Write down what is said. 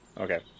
Okay